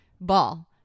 Ball